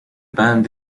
band